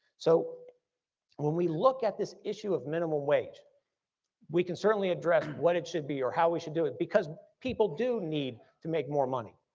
so when we look at this issue of minimum wage we can certainly address what it should be or how we should do it, because people do need to make more money.